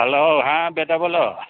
hello हाँ बेटा बोलो